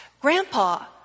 Grandpa